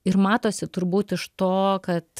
ir matosi turbūt iš to kad